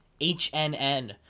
HNN